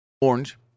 Orange